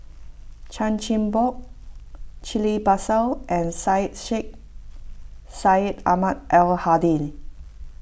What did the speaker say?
Chan Chin Bock Ghillie Basan and Syed Sheikh Syed Ahmad Al Hadi